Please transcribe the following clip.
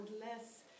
less